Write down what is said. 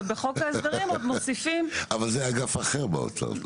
ובחוק ההסדרים עוד מוסיפים --- אבל זה אגף אחר באוצר.